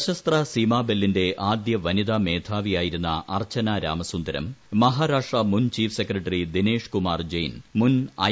സശസ്ത്ര സീമാബെല്ലിന്റെ ആദ്യ വനിതാ മേധാവിയായിരുന്ന അർച്ചന രാമസുന്ദരം മഹാരാഷ്ട്ര മുൻ ചീഫ് സെക്രട്ടറി ദിനേശ്കുമാർ ജെയ്ൻ മുൻ ഐ